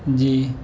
جی